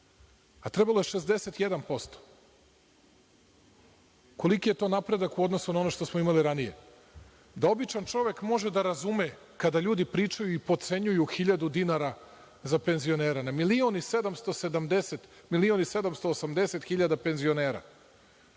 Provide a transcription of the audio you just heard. A trebalo je 61%. Koliki je to napredak u odnosu na ono što smo imali ranije? Da običan čovek može da razume, kada ljudi pričaju i potcenjuju hiljadu dinara za penzionere, na 1.770.000, 1.780.000 penzionera,